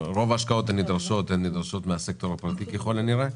רוב ההשקעות נדרשות מן הסקטור הפרטי ככל הנראה.